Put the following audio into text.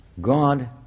God